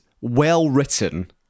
well-written